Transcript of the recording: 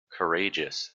courageous